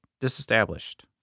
disestablished